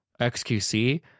xqc